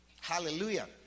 Hallelujah